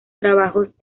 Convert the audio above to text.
trabajos